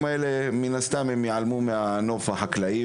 האלה מן הסתם ייעלמו מהנוף החקלאי